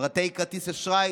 פרטי כרטיס אשראי